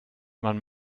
man